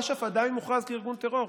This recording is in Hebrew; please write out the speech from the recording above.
אש"ף עדיין מוכרז כארגון טרור.